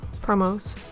promos